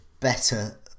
better